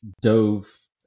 dove